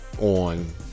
on